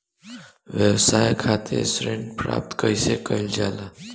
व्यवसाय खातिर ऋण प्राप्त कइसे कइल जाला?